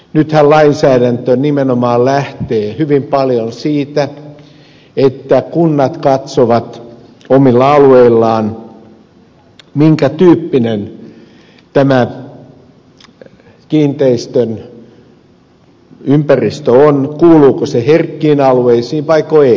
nythän lainsäädäntö nimenomaan lähtee hyvin paljon siitä että kunnat katsovat omilla alueillaan minkä tyyppinen kiinteistön ympäristö on kuuluuko se herkkiin alueisiin vaiko ei